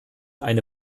eine